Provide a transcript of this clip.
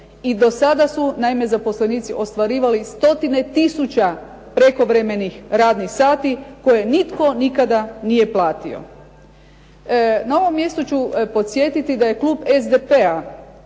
i do sada naime zaposlenici ostvarivali stotine tisuća prekovremenih radnih sati koje nitko nikada nije platio. Na ovom mjestu ću podsjetiti da je klub SDP-a